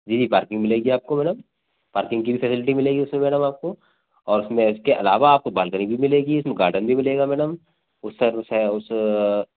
जी जी पार्किंग मिलेगी आपको मैडम पार्किंग की भी फसिलिटी मिलेगी उसमें मैडम आपको और उसमें उसके अलावा आपको बालकनी भी मिलेगी उसमें गार्डन भी मिलेगा मैडम उस सै उस उस